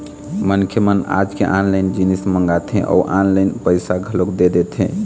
मनखे मन आज ऑनलाइन जिनिस मंगाथे अउ ऑनलाइन पइसा घलोक दे देथे